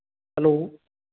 hello